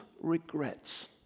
regrets